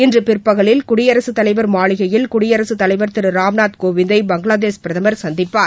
இன்று பிற்பகலில் குடியரசுத் தலைவர் மாளிகையில் குடியரசுத் தலைவர் திரு ராம்நாத் கோவிந்தை பங்களாதேஷ் பிரதமர் சந்திப்பார்